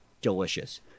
delicious